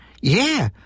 yeah